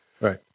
Right